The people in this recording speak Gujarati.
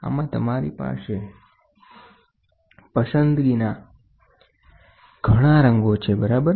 આમાં તમારી પાસે તમારી પસંદગીના ઘણા રંગો છે બરાબર